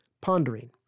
pondering